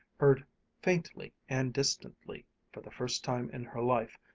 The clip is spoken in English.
heard faintly and distantly, for the first time in her life,